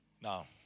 Now